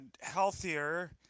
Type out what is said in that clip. healthier